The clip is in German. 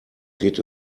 geht